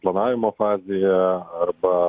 planavimo fazėje arba